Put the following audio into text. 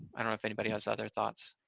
i don't have anybody has other thoughts.